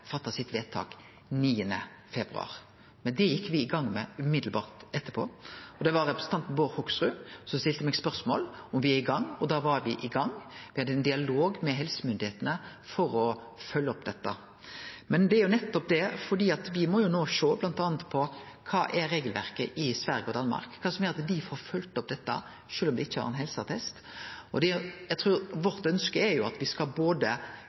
februar. Men det gjekk me i gang med like etterpå. Det var representanten Bård Hoksrud som stilte meg spørsmål om me var i gang, og da var me i gang. Me hadde ein dialog med helsemyndigheitene for å følgje opp dette. No må me sjå bl.a. på kva som er regelverket i Sverige og Danmark, kva det er som gjer at dei får følgt opp dette sjølv om dei ikkje har helseattest. Ønsket vårt er at me skal kunne følgje opp dette vedtaket med både god trafikksikkerheit og god forvaltning. Det